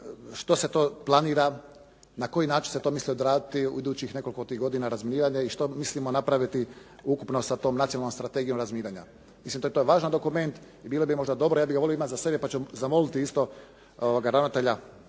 što se to planira, na koji način se to misli odraditi u idućih nekoliko tih godina razminiranja i što mislimo napraviti ukupno sa tom Nacionalnom strategijom razminiranja. Mislim da je to važan dokument i bilo bi možda dobro, ja bih ga volio imati za sebe pa ćemo zamoliti isto ravnatelja,